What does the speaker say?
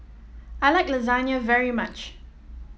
I like Lasagne very much